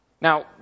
Now